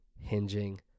hinging